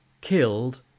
killed